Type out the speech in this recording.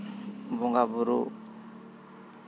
ᱵᱚᱸᱜᱟ ᱵᱩᱨᱩ